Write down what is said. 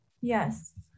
Yes